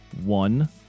one